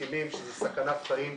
מסכימים שזאת סכנת חיים.